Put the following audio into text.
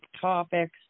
topics